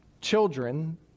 children